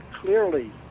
clearly